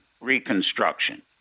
reconstruction